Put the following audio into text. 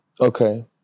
Okay